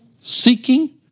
seeking